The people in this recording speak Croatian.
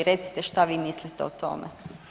Recite šta vi mislite o tome?